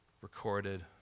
recorded